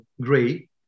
gray